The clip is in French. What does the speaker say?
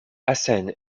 hassan